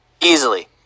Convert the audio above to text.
Easily